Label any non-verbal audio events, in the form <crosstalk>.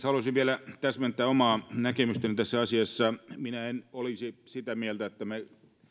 <unintelligible> halusin vielä täsmentää omaa näkemystäni tässä asiassa minä en olisi sitä mieltä että me